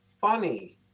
funny